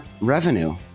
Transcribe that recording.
revenue